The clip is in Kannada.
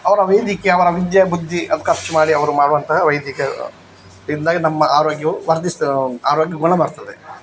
ಅವರ ವೈದ್ಯಕೀಯ ಅವರ ವಿದ್ಯಾ ಬುದ್ಧಿ ಅದು ಖರ್ಚು ಮಾಡಿ ಅವರು ಮಾಡುವಂತಹ ವೈದ್ಯಕೀಯ ಇದರಿಂದಾಗಿ ನಮ್ಮ ಆರೋಗ್ಯವು ವರ್ದಿಸ ಆರೋಗ್ಯ ಗುಣ ಮಾಡ್ತದೆ